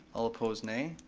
all opposed, nay.